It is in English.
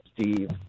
Steve